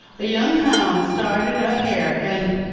a young hound started a hare, and,